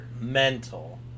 Mental